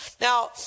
Now